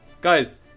Guys